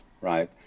right